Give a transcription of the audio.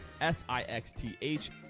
S-I-X-T-H